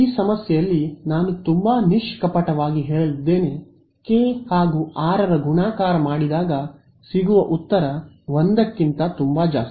ಈ ಸಮಸ್ಯೆಯಲ್ಲಿ ನಾನು ತುಂಬಾ ನಿಷ್ಕಪಟವಾಗಿ ಹೇಳಲಿದ್ದೇನೆ k ಹಾಗೂ r ರ ಗುಣಾಕಾರ ಮಾಡಿದಾಗ ಸಿಗುವ ಉತ್ತರ 1 ಗಿಂತ ತುಂಬಾ ಜಾಸ್ತಿ